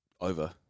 over